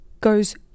goes